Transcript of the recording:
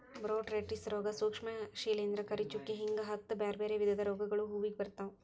botrytis ರೋಗ, ಸೂಕ್ಷ್ಮ ಶಿಲಿಂದ್ರ, ಕರಿಚುಕ್ಕಿ ಹಿಂಗ ಹತ್ತ್ ಬ್ಯಾರ್ಬ್ಯಾರೇ ವಿಧದ ರೋಗಗಳು ಹೂವಿಗೆ ಬರ್ತಾವ